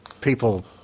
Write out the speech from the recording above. people